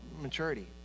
maturity